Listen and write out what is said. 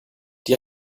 die